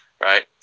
right